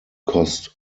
cost